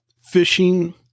fishing